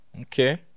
Okay